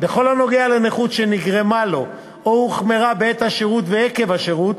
בכל הנוגע לנכות שנגרמה לו או שהוחמרה בעת השירות ועקב השירות.